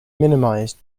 minimized